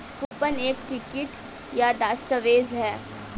coupon एक ticket या दस्तावेज़ है